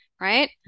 right